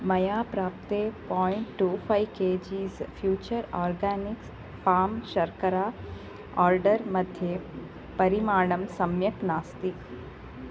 मया प्राप्ते point two five K Gs Future Organics palm शर्करा आर्डर् मध्ये परिमाणं सम्यक् नास्ति